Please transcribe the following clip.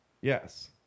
Yes